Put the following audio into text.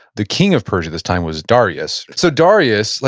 the king of persia this time was darius. so, darius, like